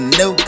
no